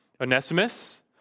Onesimus